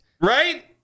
Right